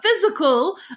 physical